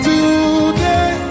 Today